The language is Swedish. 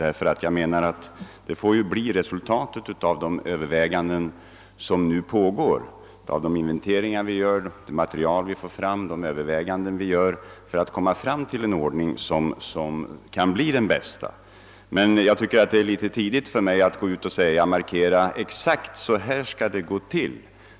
Detta får bli ett resultat av de överväganden vi gör och av det material vi får för att komma fram till den ordning som kan bli den bästa. Jag tycker emellertid att det är litet tidigt för mig att säga: Exakt så här skall det gå till!